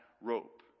rope